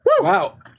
wow